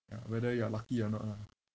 ya whether you are lucky or not lah